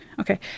Okay